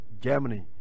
Germany